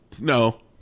no